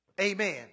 Amen